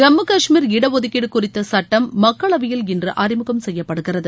ஜம்மு கஷ்மீர் இடஒதுக்கீடு குறித்த சட்டம் மக்களவையில் இன்று அறிமுகம் செய்யப்படுகிறது